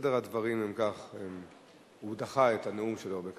סדר הדברים הוא כך, כי הוא דחה את הנאום שלו.